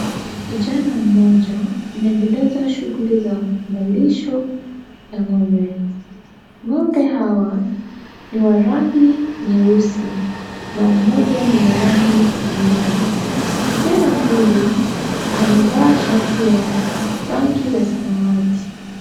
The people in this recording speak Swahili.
Kijana mmoja, anaendeleza shughuli za malisho ya ng'ombe. Ng'ombe hawa ni wa rangi nyeusi na moja ni wa rangi nyeupe. Kijana huyu amevaa shati ya rangi ya samawati.